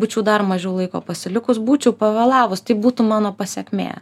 būčiau dar mažiau laiko pasilikus būčiau pavėlavus tai būtų mano pasekmė